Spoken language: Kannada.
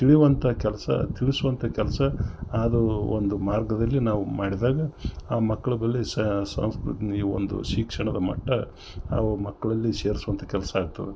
ತಿಳಿವಂಥ ಕೆಲಸ ತಿಳ್ಸುವಂಥ ಕೆಲಸ ಅದೂ ಒಂದು ಮಾರ್ಗದಲ್ಲಿ ನಾವು ಮಾಡಿದಾಗ ಆ ಮಕ್ಳಲ್ಲಿ ಸಂಸ್ಕೃತಿ ಒಂದು ಶಿಕ್ಷಣದ ಮಟ್ಟ ಅವು ಮಕ್ಕಳಲ್ಲಿ ಸೇರ್ಸುವಂಥ ಕೆಲಸ ಆಗ್ತದೆ